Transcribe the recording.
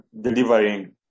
delivering